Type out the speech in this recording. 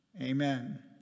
Amen